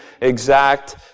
exact